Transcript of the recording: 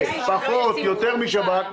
פחות או יותר משב"כ,